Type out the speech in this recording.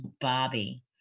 Barbie